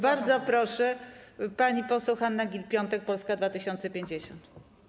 Bardzo proszę, pani poseł Hanna Gill-Piątek, Polska 2050.